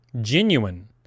genuine